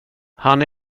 han